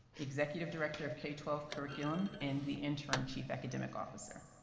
executive director of k twelve curriculum, and the interim chief academic officer.